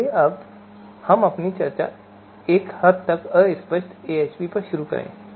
आइए हम अपनी चर्चा एक हद तक अस्पष्ट AHP पर शुरू करें